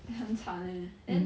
eh 很惨 eh then